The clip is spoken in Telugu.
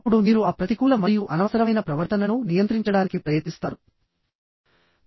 అప్పుడు మీరు ఆ ప్రతికూల మరియు అనవసరమైన ప్రవర్తనను నియంత్రించడానికి ప్రయత్నిస్తారు